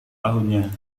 tahunnya